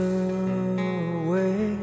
away